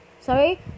sorry